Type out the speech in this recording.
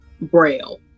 Braille